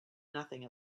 nothing